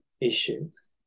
issues